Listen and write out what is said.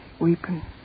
weeping